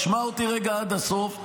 שמע אותי רגע עד הסוף,